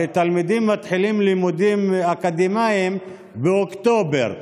הרי תלמידים מתחילים לימודים אקדמיים באוקטובר,